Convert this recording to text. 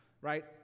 right